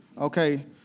Okay